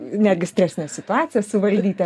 netgi stresines situacijas suvaldyti